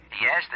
Yes